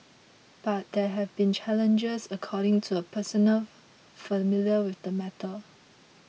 but there have been challenges according to a person familiar with the matter